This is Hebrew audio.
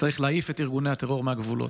צריך להעיף את ארגוני הטרור מהגבולות.